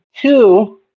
two